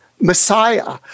Messiah